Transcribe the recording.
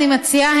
אני מציעה,